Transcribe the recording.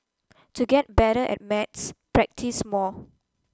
to get better at maths practise more